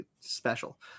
special